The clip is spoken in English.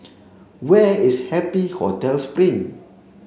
Where is Happy Hotel Spring